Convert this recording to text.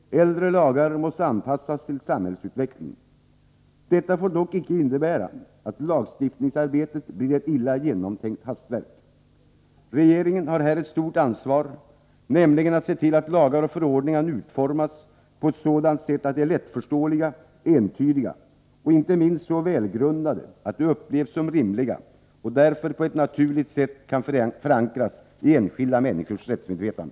Äldre lagar måste också anpassas till samhällsutvecklingen. Detta får dock inte innebära att lagstiftningsarbetet blir ett illa genomtänkt hastverk. Regeringen har här ett stort ansvar, nämligen för att se till att lagar och förordningar utformas på ett sådant sätt att de är lättförståeliga, entydiga och inte minst så välgrundade att de upplevs som rimliga och därför på ett naturligt sätt kan förankras i enskilda människors rättsmedvetande.